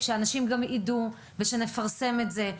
שאנשים יידעו ושנפרסם את זה.